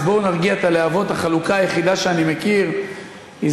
אז בואו נרגיע את הלהבות: החלוקה היחידה שאני מכיר היא